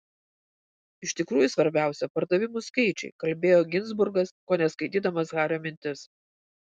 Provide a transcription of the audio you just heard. iš tikrųjų svarbiausia pardavimų skaičiai kalbėjo ginzburgas kone skaitydamas hario mintis